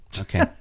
Okay